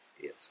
Yes